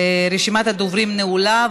רשימת הדוברים נעולה,